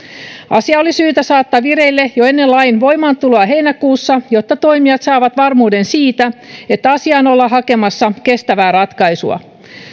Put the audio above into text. asia oli syytä saattaa vireille jo ennen lain voimaantuloa heinäkuussa jotta toimijat saavat varmuuden siitä että asiaan ollaan hakemassa kestävää ratkaisua